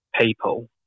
people